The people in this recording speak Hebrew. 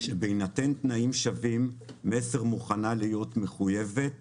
שבהינתן תנאים שווים מסר מוכנה להיות מחויבת